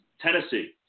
Tennessee